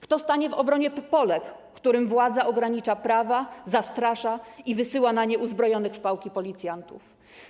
Kto stanie w obronie Polek, którym władza ogranicza prawa, zastrasza je i wysyła na nie uzbrojonych w pałki policjantów?